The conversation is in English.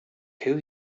two